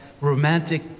romantic